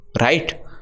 Right